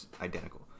identical